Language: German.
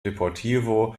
deportivo